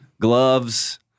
gloves